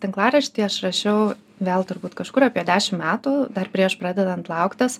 tinklaraštyje aš rašiau vėl turbūt kažkur apie dešim metų dar prieš pradedant lauktas